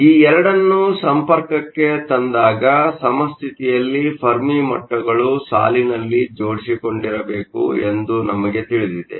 ಈ 2 ಅನ್ನು ಸಂಪರ್ಕಕ್ಕೆ ತಂದಾಗ ಸಮಸ್ಥಿತಿಯಲ್ಲಿ ಫೆರ್ಮಿ ಮಟ್ಟಗಳು ಸಾಲಿನಲ್ಲಿ ಜೋಡಿಸಿಕೊಂಡಿರಬೇಕು ಎಂದು ನಮಗೆ ತಿಳಿದಿದೆ